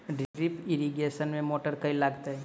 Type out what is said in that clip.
Drip irrigation मे motor केँ लागतै?